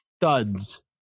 studs